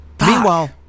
Meanwhile